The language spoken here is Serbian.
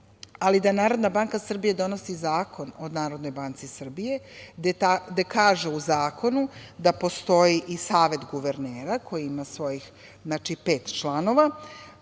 ali da Narodna banka Srbije donosi zakon o NBS, gde kaže u zakonu da postoji i Savet guvernera, koji ima svojih pet članova. Šta